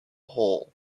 hole